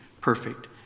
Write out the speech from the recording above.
perfect